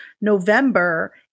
November